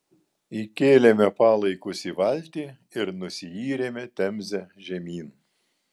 įkėlėme palaikus į valtį ir nusiyrėme temze žemyn